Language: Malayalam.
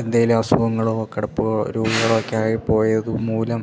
എന്തേലും അസുഖങ്ങളോ കിടപ്പോ ഒരു ആയി പോയത് മൂലം